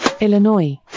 Illinois